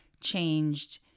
changed